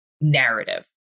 narrative